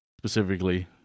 specifically